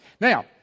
Now